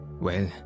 Well